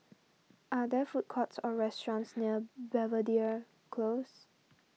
are there food courts or restaurants near Belvedere Close